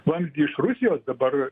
vamzdį iš rusijos dabar